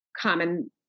common